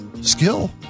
skill